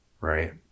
right